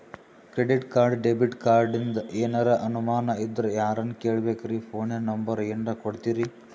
Credit card, debit ಕಾರ್ಡಿಂದ ಏನರ ಅನಮಾನ ಇದ್ರ ಯಾರನ್ ಕೇಳಬೇಕ್ರೀ, ಫೋನಿನ ನಂಬರ ಏನರ ಕೊಡ್ತೀರಿ?